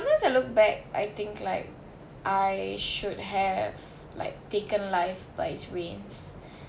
sometimes I look back I think like I should have like taken life by its reins